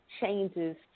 changes